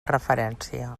referència